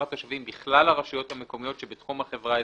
התושבים בכלל הרשויות המקומיות שבתחום החברה האזורית,